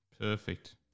perfect